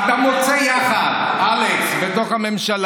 אתם יושבים יחד, אתה מוצא יחד, אלכס, בתוך הממשלה.